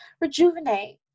rejuvenate